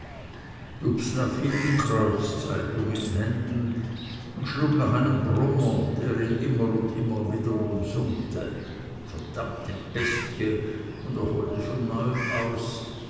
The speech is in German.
hielt die kreuzzeitung in händen und schlug nach einem brummer der ihn immer und immer wieder umsummte verdammte bestie und er holte von neuem aus